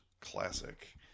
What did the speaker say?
classic